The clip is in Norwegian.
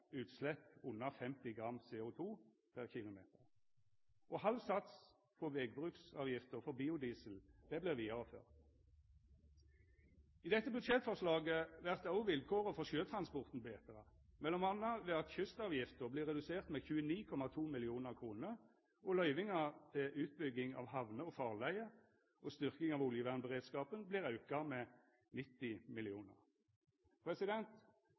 utslepp under 50 gram CO2 per km, og halv sats på vegbruksavgifta for biodiesel vert vidareført. I dette budsjettframlegget vert òg vilkåra for sjøtransporten betra, m.a. ved at kystavgifta vert redusert med 29,2 mill. kr, og løyvinga til utbygging av hamner og farleier og styrking av oljevernberedskapen vert auka med 90